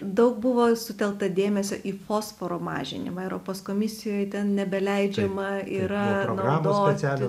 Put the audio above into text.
daug buvo sutelkta dėmesio į fosforo mažinimą europos komisijoj ten nebeleidžiama yra naudoti